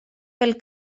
pel